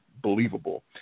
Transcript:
believable